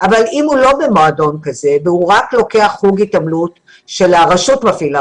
אבל אם הוא לא במועדון כזה והוא רק לוקח חוג התעמלות שהרשות מפעילה